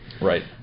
Right